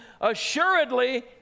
assuredly